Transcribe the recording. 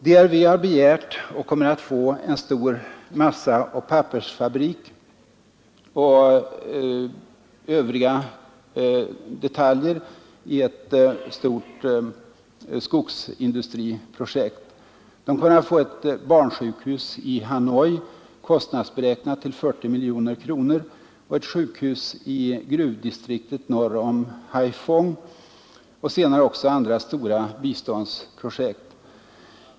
DRV har begärt och kommer att få en stor massaoch pappersfabrik och övriga detaljer i ett stort skogsindustriprojekt, vidare ett stort barnsjukhus i Hanoi, kostnadsberäknat till 40 miljoner kronor, och ett sjukhus i gruvdistriktet norr om Haiphong och senare också andra stora biståndsprojekt.